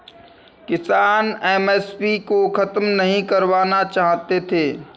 किसान एम.एस.पी को खत्म नहीं करवाना चाहते थे